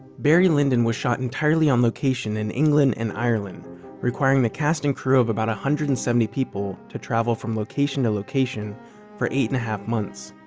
barry lyndon was shot entirely on location in england and ireland requiring the cast and crew of about one hundred and seventy people to travel from location to location for eight and a half months